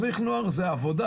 מדריך נוער זה עבודה.